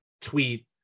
tweet